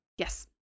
Yes